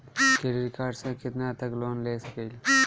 Credit card से कितना तक लोन ले सकईल?